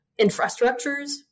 infrastructures